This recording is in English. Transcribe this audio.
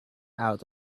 out